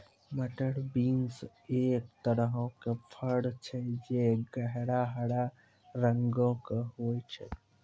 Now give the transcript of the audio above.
मटर बींस एक तरहो के फर छै जे गहरा हरा रंगो के होय छै